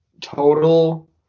total